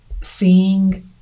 seeing